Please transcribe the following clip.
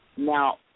Now